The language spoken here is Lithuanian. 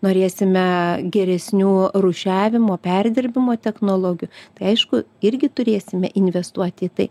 norėsime geresnių rūšiavimo perdirbimo technologijų tai aišku irgi turėsime investuoti į tai